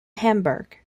hamburg